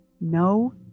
no